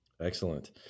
Excellent